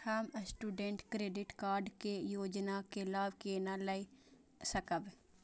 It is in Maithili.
हम स्टूडेंट क्रेडिट कार्ड के योजना के लाभ केना लय सकब?